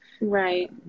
Right